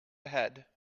ahead